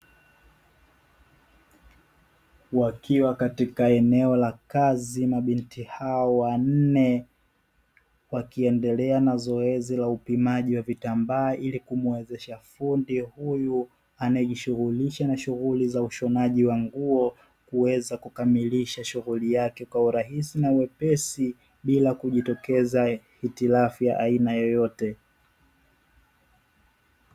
Wakiwa katika eneo la kazi, mabinti hawa wanne wakiendelea na zoezi la upimaji wa vitambaa ili kumuwezesha fundi huyu anayejishughulisha na shughuli za ushonaji wa nguo kuweza kukamilisha shughuli yake kwa urahisi na wepesi bila kujitokeza hitilafu ya aina yoyote.